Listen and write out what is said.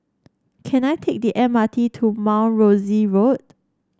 can I take the M R T to Mount Rosie Road